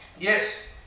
Yes